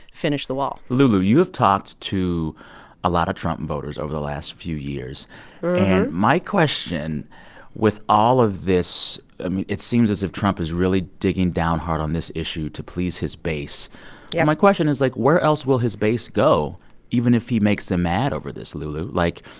finish the wall lulu, you've talked to a lot of trump voters over the last few years. and my question with all of this it seems as if trump is really digging down hard on this issue to please his base yeah my question is, like, where else will his base go even if he makes them mad over this, lulu? like,